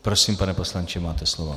Prosím, pane poslanče, máte slovo.